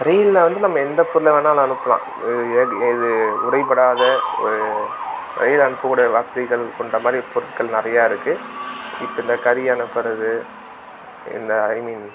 ரயில்ல வந்து நம்ம எந்த பொருளை வேணாலும் அனுப்பலாம் எ எது உடைபடாத ஒரு ரயில்ல அனுப்பக்கூடிய வசதிகள் கொண்டமாதிரி பொருட்கள் நிறையா இருக்குது இப்போ இந்த கரி அனுப்புகிறது இந்த ஐ மீன்